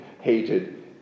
hated